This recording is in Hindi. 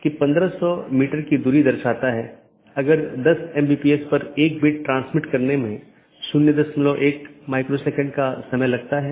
इसलिए मैं एकल प्रविष्टि में आकस्मिक रूटिंग विज्ञापन कर सकता हूं और ऐसा करने में यह मूल रूप से स्केल करने में मदद करता है